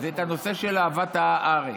זה הנושא של אהבת הארץ.